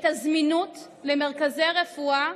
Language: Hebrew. את הזמינות של מרכזי רפואה